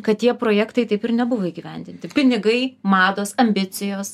kad tie projektai taip ir nebuvo įgyvendinti pinigai mados ambicijos